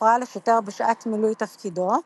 הפרעה לשוטר בשעת מילוי תפקידו,